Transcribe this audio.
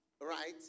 right